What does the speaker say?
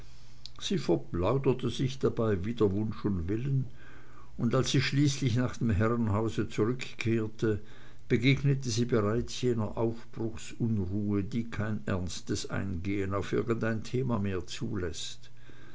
sie verplauderte sich dabei wider wunsch und willen und als sie schließlich nach dem herrenhause zurückkehrte begegnete sie bereits jener aufbruchsunruhe die kein ernstes eingehen auf irgendein thema mehr zuläßt